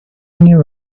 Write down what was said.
knew